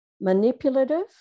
manipulative